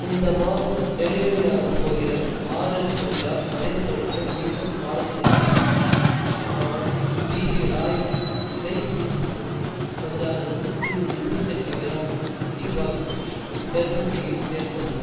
இந்த மாதம் டெலிவரியாக போகிற ஆர்டரில் உள்ள அதே பொருட்களை மீண்டும் ஆர்டர் செய்யவும் ஆனால் பிபி ராயல் ரெய்சின்ஸுக்கு பதிலாக நூற்றி இருபத்தெட்டு கிராம் டீ பாக்ஸ் ஹெர்பல் டீயை சேர்க்கவும்